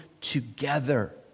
together